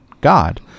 God